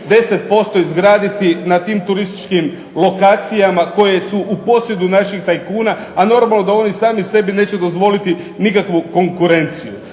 10% izgraditi na tim turističkim lokacijama koje su u posjedu naših tajkuna, a normalno da oni sami sebi neće dozvoliti nikakvu konkurenciju.